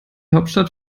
hauptstadt